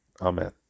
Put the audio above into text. Amen